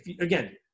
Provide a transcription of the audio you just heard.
Again